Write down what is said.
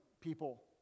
people